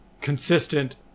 consistent